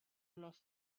lost